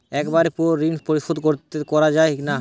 একবারে পুরো ঋণ পরিশোধ করা যায় কি না?